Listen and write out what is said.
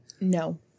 No